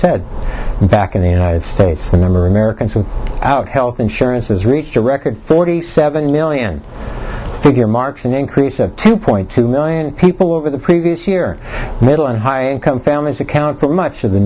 said back in the united states the number americans with out health insurance has reached a record forty seven million figure marks an increase of two point two million people over the previous year middle and high income families account for much of